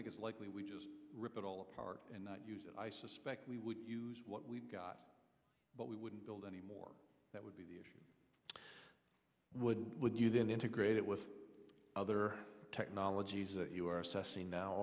think it's likely we just rip it all apart and not use it i suspect we would use what we've got but we wouldn't build any more that would be the issue would would you then integrate it with other technologies that you are assessing now